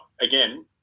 again